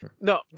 no